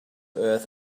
earth